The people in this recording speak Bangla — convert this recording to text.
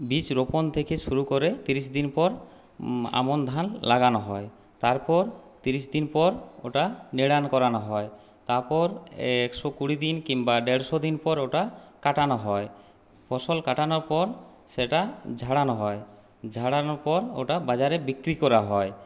বীজ রোপন থেকে শুরু করে তিরিশ দিন পর আমন ধান লাগানো হয় তারপর তিরিশ দিন পর ওটা নিড়ান করানো হয় তারপর একশো কুড়ি দিন কিংবা দেড়শো দিন পর ওটা কাটানো হয় ফসল কাটানোর পর সেটা ঝাড়ানো হয় ঝাড়ানোর পর ওটা বাজারে বিক্রি করা হয়